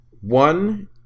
one